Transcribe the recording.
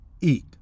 eat